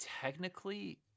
technically